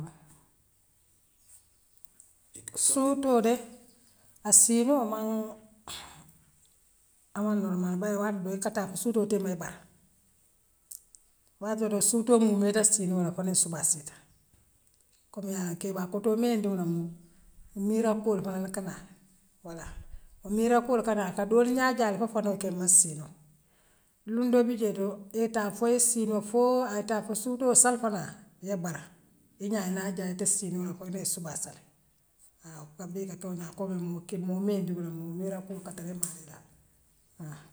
Suutoo de a siinoo maŋ amaŋ norumaal bare waati doo ika taa fo suutoo yee bara watoo doo suutoo muume ite siinoola ko niŋ subaa siita kommu yaa loŋ keeba kotoo muŋ yee diŋoo baa bulu miiraŋ kuool paraŋ lekanaa le wala woo miiraŋ le kanaa ka dool ňaal jaandi foo fanoo yee kee man siinoo luŋdool bijeeto yee taa fo ye siinoo foo aye taa foo suutoo salifanaa yee bala iňaa aye naa jaa ite siinoole kotoke yee subaa sali haa kommu luŋoo kabiriŋ muyee dimiŋ nuŋ miiraŋ kuwo katar imaato daal haa.